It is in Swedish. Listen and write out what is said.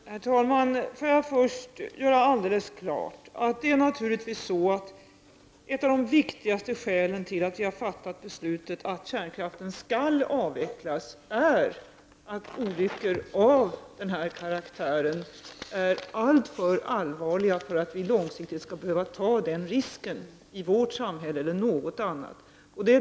Herr talman! Får jag först göra alldeles klart att ett av de viktigaste skälen till att vi har fattat beslutet att kärnkraften skall avvecklas naturligtvis är att olyckor av denna karaktär är alltför allvarliga för att vi långsiktigt skall behöva ta den risken i vårt samhälle eller i något annat samhälle.